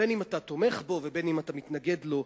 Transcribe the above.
בין אם אתה תומך בו ובין אם אתה מתנגד לו,